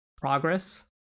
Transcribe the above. progress